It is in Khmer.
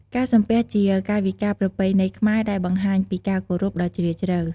ការសំពះជាកាយវិការប្រពៃណីខ្មែរដែលបង្ហាញពីការគោរពដ៏ជ្រាលជ្រៅ។